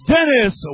Dennis